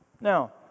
Now